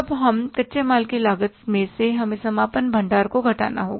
अब इस कच्चे माल की लागत में से हमें समापन भंडार को घटाना होगा